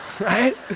Right